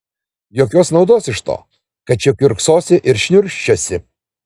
jokios naudos iš to kad čia kiurksosi ir šniurkščiosi